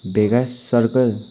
vegas circle